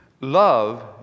love